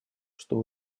что